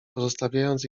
pozostawiając